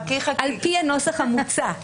על פי הנוסח המוצע.